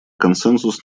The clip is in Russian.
консенсус